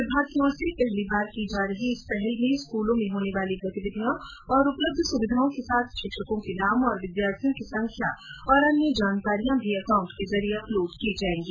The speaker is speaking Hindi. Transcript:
विमाग की ओर से पहली बार की जा रही इस पहल में स्कूल में होने वाली गतिविधियां और उपलब्ध सुविधाओं के साथ शिक्षकों के नाम और विद्यार्थियों की संख्या तथा अन्य जानकारियां भी अपलोड की जाएंगी